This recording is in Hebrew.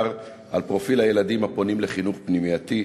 1. האם נערך מחקר על פרופיל הילדים הפונים לחינוך פנימייתי?